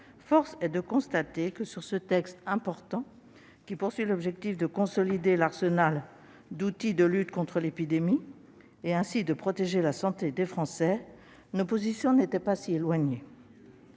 force est de constater que sur ce texte important, qui vise l'objectif de consolider l'arsenal de la lutte contre l'épidémie, et ainsi de protéger la santé des Français, nos positions n'étaient pas si éloignées.